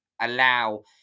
allow